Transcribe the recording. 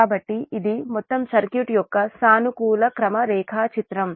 కాబట్టి ఇది మొత్తం సర్క్యూట్ యొక్క సానుకూల క్రమ రేఖాచిత్రం